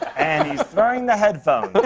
and he's throwing the headphones.